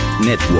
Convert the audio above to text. Network